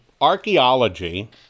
archaeology